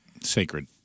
Sacred